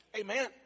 Amen